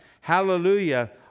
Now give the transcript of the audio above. Hallelujah